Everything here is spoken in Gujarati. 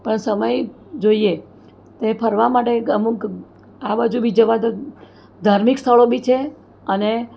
પણ સમય જોઈએ તે ફરવા માટે અમુક આ બાજુ બી જેવા કે ધાર્મિક સ્થળો બી છે અને